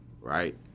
right